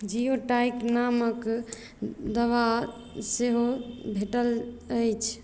Jio type नामक दावा सेहो भेटल अछि